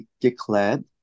declared